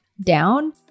down